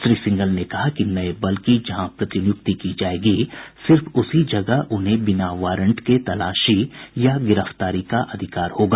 श्री सिंघल ने कहा कि नये बल की जहां प्रतिनियुक्ति की जायेगी सिर्फ उसी जगह उन्हें बिना वारंट के तलाशी या गिरफ्तारी का अधिकार होगा